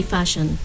Fashion